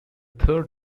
third